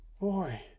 Boy